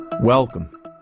Welcome